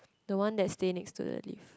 the one that stay next to the lift